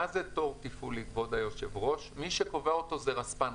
מי שקובע אותו זה רספ"ן.